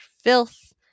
filth